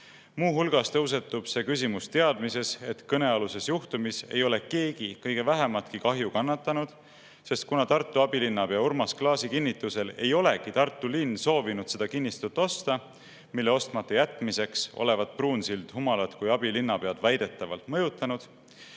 Muu hulgas tõusetub see küsimus teadmises, et kõnealuses juhtumis ei ole keegi kõige vähematki kahju kannatanud. Tartu linnapea Urmas Klaasi kinnitusel ei ole Tartu linn soovinud osta seda kinnistut, mille ostmata jätmiseks olevat Pruunsild Humalat kui abilinnapead mõjutanud.